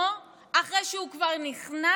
אחרי שהוא כבר נכנס למשרד,